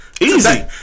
Easy